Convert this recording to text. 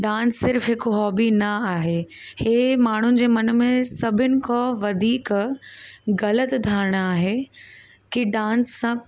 dance सिर्फ़ हिकु hobby न आहे हे माण्हूनि जे मन में सभिनि खां वधीक ग़लति धारणा आहे की डांस सां